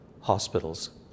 hospitals